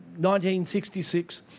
1966